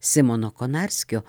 simono konarskio